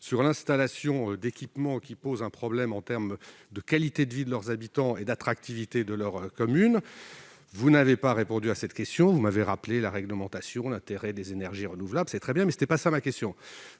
-sur l'installation d'équipements qui posent un problème en matière de qualité de vie de leurs habitants et d'attractivité de leur commune ? Vous n'avez pas répondu à cette question. Vous m'avez rappelé la réglementation et l'intérêt des énergies renouvelables ; c'est très bien, mais là n'est pas la question.